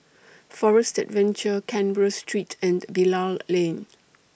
Forest Adventure Canberra Street and Bilal Lane